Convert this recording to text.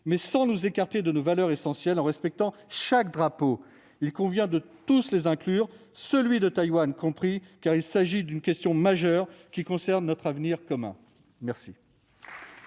mais sans nous écarter de nos valeurs essentielles et en respectant chaque drapeau. Il convient de tous les inclure, celui de Taïwan compris, car il s'agit d'une question majeure qui concerne notre avenir commun. La